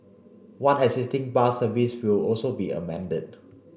one existing bus service will also be amended